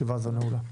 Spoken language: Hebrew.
הישיבה הזו נעולה.